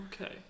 Okay